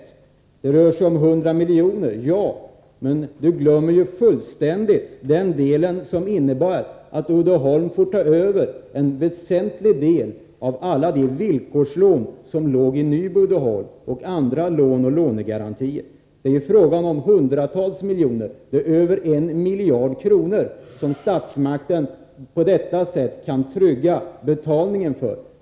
Det är riktigt att det rör sig om 100 milj.kr., men Lars-Ove Hagberg glömmer helt den delen som innebär att Uddeholm får ta över en väsentlig del av alla de villkorslån som låg i Nyby Uddeholm och andra lån och lånegarantier. Det är fråga om hundratals miljoner — över 1 miljard —som statsmakterna på detta sätt kan trygga betalningen för.